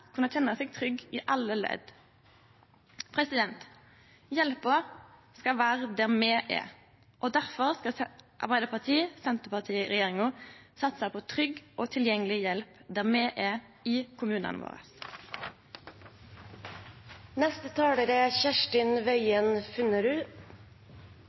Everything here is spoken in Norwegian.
trygg i alle ledd. Hjelpa skal vere der me er. Difor skal Arbeidarparti–Senterparti-regjeringa satse på trygg og tilgjengeleg hjelp der me er, i kommunane